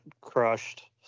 crushed